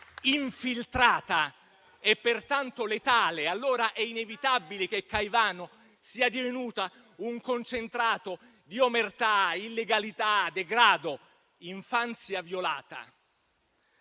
infiltrata e pertanto letale. È inevitabile, allora, che Caivano sia divenuta un concentrato di omertà, illegalità, degrado, infanzia violata.